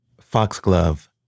Foxglove